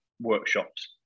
workshops